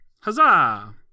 huzzah